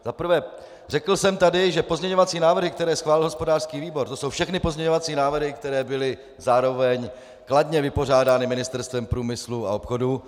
Za prvé jsem tady řekl, že pozměňovací návrhy, které schválil hospodářský výbor, to jsou všechny pozměňovací návrhy, které byly zároveň kladně vypořádány Ministerstvem průmyslu a obchodu.